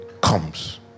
comes